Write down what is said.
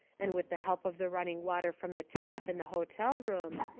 and with the help of the running water from the tap in the hotel room,